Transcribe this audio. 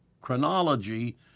chronology